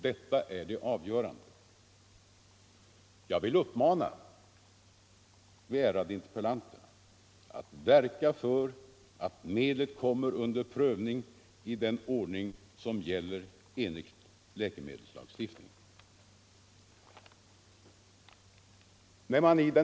Detta är det 2 december 1974 avgörande. Jag vill uppmana de ärade interpellanterna att verka för att medlet kommer under prövning i den ordning som gäller enligt läke Ang. rätten att medelslagstiftningen. använda vissa s.k.